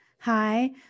hi